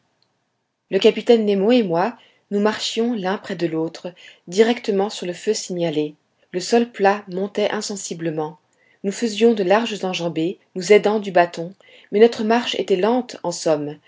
le capitaine nemo et moi nous marchions l'un près de l'autre directement sur le feu signalé le sol plat montait insensiblement nous faisions de larges enjambées nous aidant du bâton mais notre marche était lente en somme